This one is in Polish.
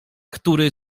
który